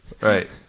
right